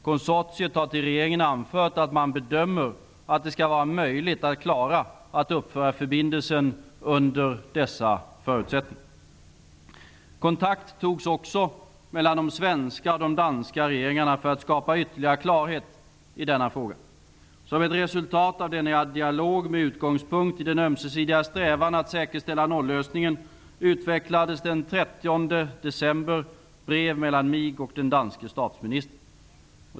Konsortiet har till regeringen anfört att man bedömer att det skall vara möjligt att klara att uppföra förbindelsen under dessa förutsättningar. Kontakt togs också mellan de svenska och danska regeringarna för att skapa ytterligare klarhet i denna fråga. Som ett resultat av denna dialog med utgångspunkt i den ömsesidiga strävan att säkerställa nollösningen utväxlades den 30 december brev mellan mig och den danska statsministern.